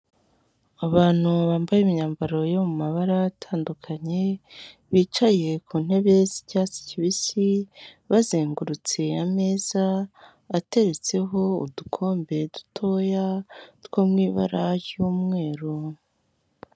Abantu bambaye imyambaro yo mu mabara atandukanye, bicaye ku ntebe z'icyatsi kibisi bazengurutse ameza ateretseho udukombe dutoya two mu ibara ry'umweru.